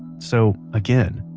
so, again,